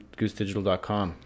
goosedigital.com